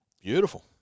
Beautiful